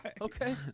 okay